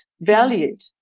valued